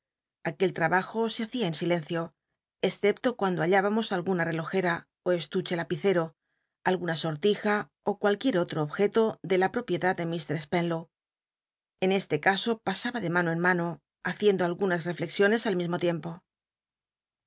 cartas particulares aquel trabajo se hacia en silencio escepto cuando jiallábamos alguna relojera ó estuche de lapiccro alguna sortija ó cualquiet otro objeto ae la propiedad de mr spenlow en este caso pasaba de mano en mano haciendo algunas reflexiones al mismo tiempo